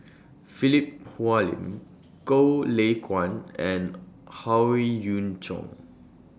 Philip Hoalim Goh Lay Kuan and Howe Yoon Chong